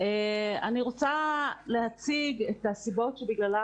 אני רוצה להציג את הסיבות שבגללן